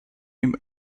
him